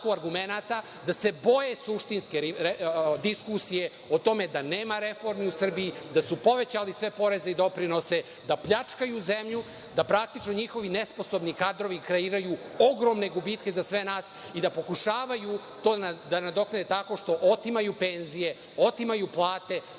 da se boje suštinske diskusije o tome da nema reformi u Srbiji, da su povećali sve poreze i doprinose, da pljačkaju zemlju, da, praktično, njihovi nesposobni kadrovi kreiraju ogromne gubitke za sve nas i da pokušavaju to da nadoknade tako što otimaju penzije, otimaju plate,